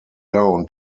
down